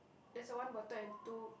there's a one bottle and two